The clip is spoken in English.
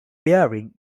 bearing